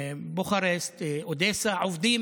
בוקרשט, אודסה, עובדים